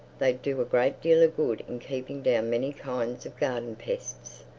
they do a great deal of good in keeping down many kinds of garden-pests.